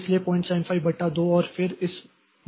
इसलिए 075 बटा 2 और फिर इस मूल्य को